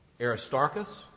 Aristarchus